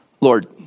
Lord